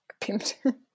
pimped